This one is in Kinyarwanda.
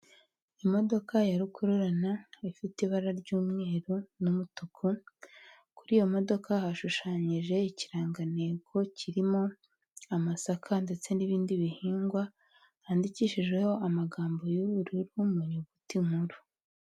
Imodoka ya rukururana ifite ibara ry'umweru n'umutuku, kuri iyo modoka hashushanyije ikirangantego kirimo amasaka ndetse n'ibindi bihingwa, byandikishijeho amagambo y'ubururu mu nyuguti nkuru.